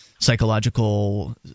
Psychological